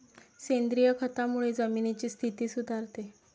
सेंद्रिय खतामुळे जमिनीची स्थिती सुधारते